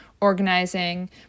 organizing